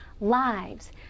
lives